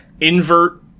invert